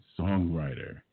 songwriter